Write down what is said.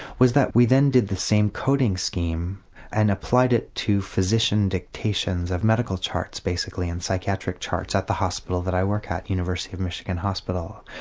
was that we then did the same coding scheme and applied it to physician dictations of medical charts basically and psychiatric charts at the hospital that i work at, university of michigan hospital.